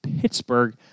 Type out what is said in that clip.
Pittsburgh